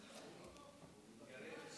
שלוש דקות,